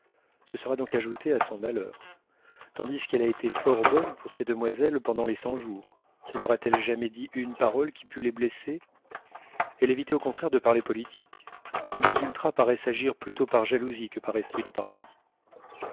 ce serait donc ajouter à son malheur tandis qu'elle a été fort bonne pour ces demoiselles pendant les cent-jours leur a-t-elle jamais dit une parole qui pût les blesser elle évitait au contraire de parler politique mais nos ultras paraissent agir plutôt par jalousie que par esprit de parti